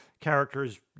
characters